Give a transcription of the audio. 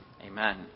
Amen